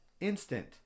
instant